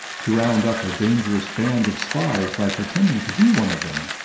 to round up a dangerous band of spies by pretending to be one of them.